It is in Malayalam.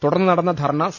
തുടർന്ന് നടന്ന ധർണ സി